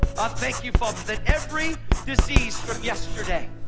ah thank you, father, that every disease from yesterday,